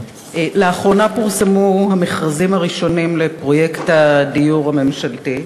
לאחרונה פורסמו המכרזים הראשונים לפרויקט הדיור הממשלתי,